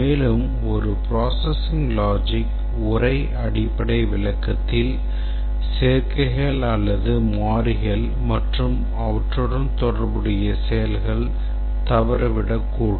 மேலும் ஒரு processing logic உரை அடிப்படை விளக்கத்தில் சேர்க்கைகள் அல்லது மாறிகள் மற்றும் அவற்றுடன் தொடர்புடைய செயல்களை தவறவிடக்கூடும்